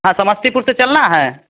हाँ समस्तीपुर तो चलना है